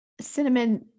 cinnamon